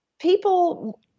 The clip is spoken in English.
people